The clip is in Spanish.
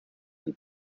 del